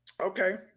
Okay